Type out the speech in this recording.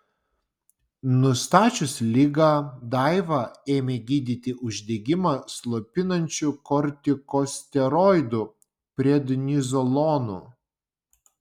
nustačius ligą daivą ėmė gydyti uždegimą slopinančiu kortikosteroidu prednizolonu